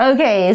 Okay